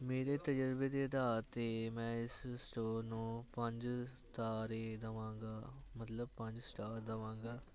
ਮੇਰੇ ਤਜਰਬੇ ਦੇ ਅਧਾਰ 'ਤੇ ਮੈਂ ਇਸ ਸਟੋ ਨੂੰ ਪੰਜ ਤਾਰੇ ਦਵਾਂਗਾ ਮਤਲਬ ਪੰਜ ਸਟਾਰ ਦਵਾਂਗਾ